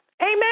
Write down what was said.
Amen